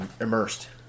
immersed